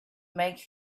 make